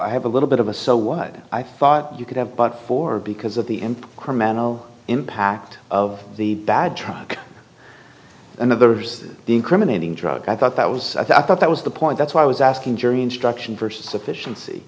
i have a little bit of a so what i thought you could have bought for because of the criminal impact of the bad truck a mother's incriminating drug i thought that was i thought that was the point that's why i was asking jury instruction for sufficiency